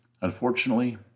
Unfortunately